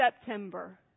September